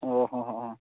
ꯑꯣ ꯍꯣꯏ ꯍꯣꯏ ꯑꯣ